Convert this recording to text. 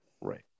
right